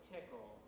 Tickle